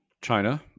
china